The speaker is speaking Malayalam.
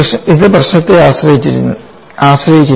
ഇത് പ്രശ്നത്തെ ആശ്രയിച്ചിരിക്കുന്നു